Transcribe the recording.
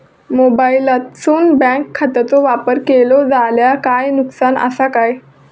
मोबाईलातसून बँक खात्याचो वापर केलो जाल्या काय नुकसान असा काय?